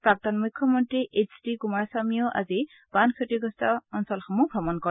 প্ৰাক্তন মুখ্যমন্ত্ৰী H D Kumar স্বামীয়েও আজি বান ক্ষতিগ্ৰস্ত ভ্ৰমণ কৰে